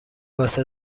واسه